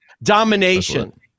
Domination